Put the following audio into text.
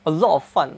a lot of 饭